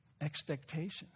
expectations